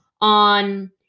on